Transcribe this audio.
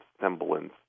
semblance